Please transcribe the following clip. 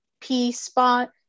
P-spot